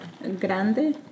grande